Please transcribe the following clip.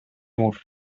mur